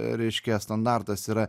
reiškia standartas yra